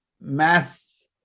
mass